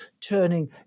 turning